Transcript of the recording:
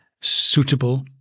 suitable